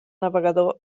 navegador